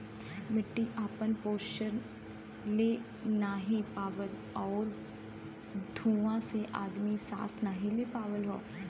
मट्टी आपन पोसन ले नाहीं पावत आउर धुँआ से आदमी सांस नाही ले पावत हौ